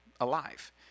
alive